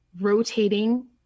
rotating